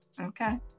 Okay